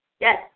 Yes